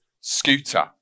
scooter